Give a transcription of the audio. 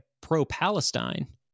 pro-Palestine